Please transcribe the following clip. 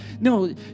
No